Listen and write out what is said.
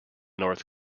north